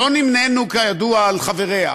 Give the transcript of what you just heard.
שלא נמנינו, כידוע, עם חבריה,